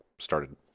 started